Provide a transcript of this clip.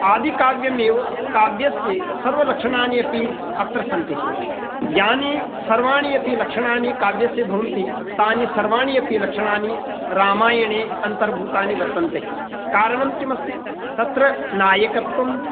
आदिकाव्यमेव काव्यस्य सर्वलक्षणानि अपि अत्र सन्ति यानि सर्वाणि अपि लक्षणानि काव्यस्य भवन्ति तानि सर्वाणि अपि लक्षणानि रामायणे अन्तर्भूतानि वर्तन्ते कारणं किमस्ति तत्र नायकत्वं